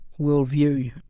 worldview